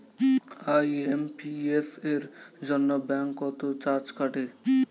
IMPS এর জন্য bank কত চার্জ কাটে?